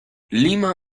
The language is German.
lima